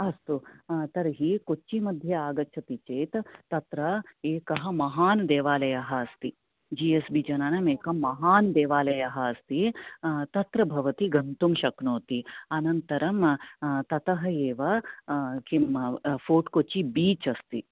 अस्तु तर्हि कोच्चि मध्ये आगच्छति चेत् तत्र एकः महान् देवालयः अस्ति जि एस् बी जनानां एकं महान् देवालयः अस्ति तत्र भवति गन्तुं शक्नोति अनन्तरं ततः एव किं फोर्ट कोच्चि बीच् अस्ति